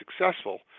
successful